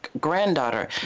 granddaughter